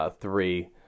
Three